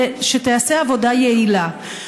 שתיעשה עבודה יעילה.